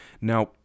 now